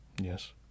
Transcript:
yes